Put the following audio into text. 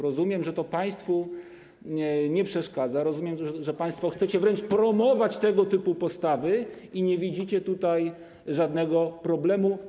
Rozumiem, że to państwu nie przeszkadza, rozumiem, że państwo wręcz chcecie promować tego typu postawy i nie widzicie tutaj żadnego problemu.